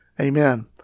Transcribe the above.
amen